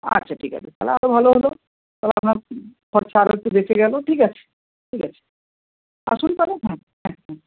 আচ্ছা ঠিক আছে তাহলে আরো ভালো হলো তাহলে আপনার খরচা আরো একটু বেঁচে গেলো ঠিক আছে ঠিক আছে আসুন তাহলে হুম হ্যাঁ হুম